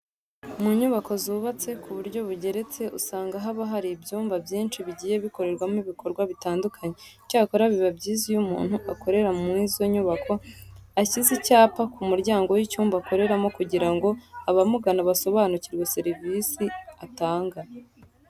Mu nyubako zubatse ku buryo bugeretse usanga haba hari ibyumba byinshi bigiye bikorerwamo ibikorwa bitandukanye. Icyakora biba byiza iyo umuntu ukorera muri izo nyubako ashyize icyapa ku muryango w'icyumba akoreramo kugira ngo abamugana basobanukirwe serivisi atanga.